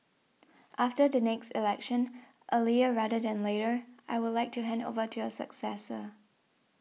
after the next election earlier rather than later I would like to hand over to a successor